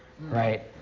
right